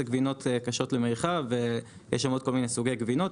זה גבינות קשות למריחה ועוד כמה גבינות.